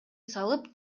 салып